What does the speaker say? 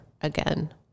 again